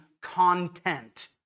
content